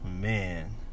Man